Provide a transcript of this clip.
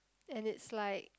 and it's like